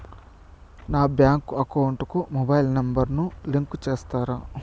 నా bank account కు mobile number ను లింకు చేస్తారా?